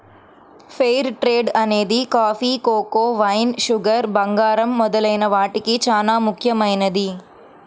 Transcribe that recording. fair trade అనేది coffee, cocoa, wine, sugar, బంగారం మొదలైన వాటికి చానా ముఖ్యమైనది